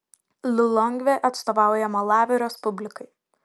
lilongvė atstovauja malavio respublikai